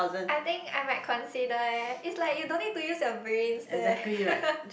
I think I might consider leh it's like you don't need to use your brains leh